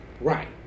Right